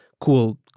cool